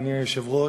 אדוני היושב-ראש,